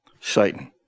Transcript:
Satan